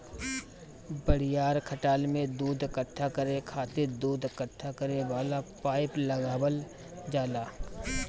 बड़ियार खटाल में दूध इकट्ठा करे खातिर दूध इकट्ठा करे वाला पाइप लगावल जाला